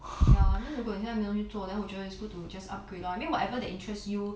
ya I mean 如果你现在没有东西做 then 我觉得 it's good to just upgrade lor I mean whatever that interest you